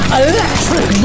electric